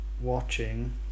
watching